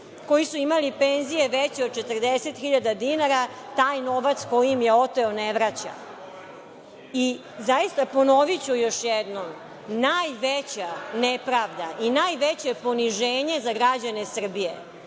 koji su imali penzije veće od 40.000 dinara taj novac koji im je oteo ne vraća. Ponoviću još jednom – najveća nepravda i najveće poniženje za građane Srbije